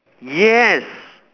yes